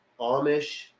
Amish